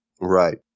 Right